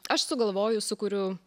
aš sugalvoju sukuriu